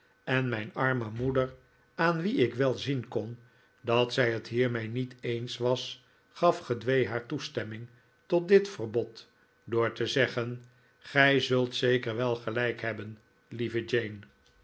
en mijn arme moeder aan wie ik wel zien kon dat zij het hiermee niet eens was gaf gedwee haar toestemming tot dit verbod door te zeggen gij zult zeker wel gelijk hebben lieve jane